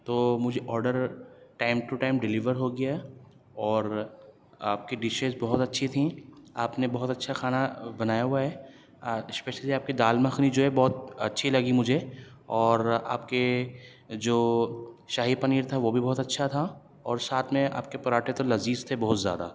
تو مجھے order time to time deliver ہو گیا اور آپ کی ڈشیز بہت اچھی تھیں آپ نے بہت اچھا کھانا بنایا ہُوا ہے اسپیشلی آپ کی دال مکھنی جو ہے بہت اچھی لگی مجھے اور آپ کے جو شاہی پنیر تھا وہ بھی بہت اچھا تھا اور ساتھ میں آپ کے پراٹھے تو لذیذ تھے بہت زیادہ